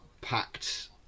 packed